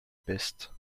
peste